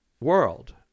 world